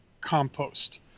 compost